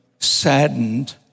Saddened